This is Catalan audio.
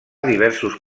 diversos